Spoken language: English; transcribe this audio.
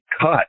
cut